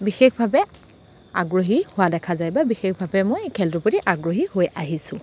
বিশেষভাৱে আগ্ৰহী হোৱা দেখা যায় বা বিশেষভাৱে মই এই খেলটোৰ প্ৰতি আগ্ৰহী হৈ আহিছোঁ